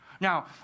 Now